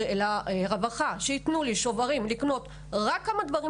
לרווחה שייתנו לי שוברים לקנות רק כמה דברים